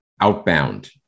outbound